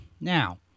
Now